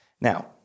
Now